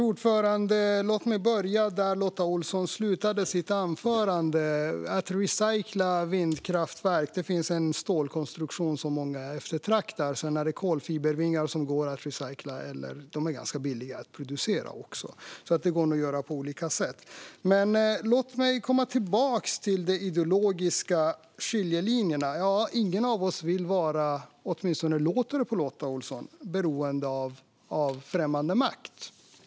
Fru talman! Låt mig börja där Lotta Olsson slutade sitt anförande, det vill säga recycling av ett vindkraftverk. Det finns en stålkonstruktion som många eftertraktar. Sedan finns det kolfibervingar som också går att recycla. De är dessutom ganska billiga att producera. Man kan nog göra det här på olika sätt. Låt mig återgå till de ideologiska skiljelinjerna. Ingen av oss vill vara beroende av främmande makt. I varje fall låter det så på Lotta Olsson.